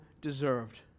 deserved